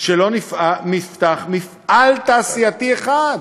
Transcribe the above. שלא נפתח מפעל תעשייתי אחד.